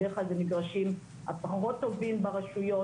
בדרך כלל זה המגרשים הפחות טובים ברשויות,